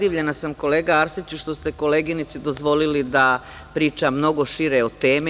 Zadivljena sam, kolega Arsiću, što ste koleginici dozvolili da priča mnogo šire o temi.